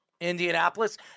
Indianapolis